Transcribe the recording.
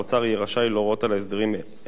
יהיה רשאי להורות על הסדרים אלו,